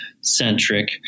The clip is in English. centric